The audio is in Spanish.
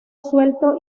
suelto